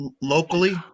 locally